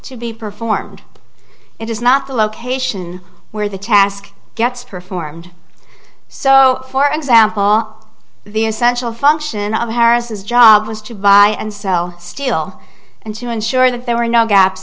to be performed it is not the location where the task gets performed so for example the essential function of harris's job was to buy and sell steel and to ensure that there were no gaps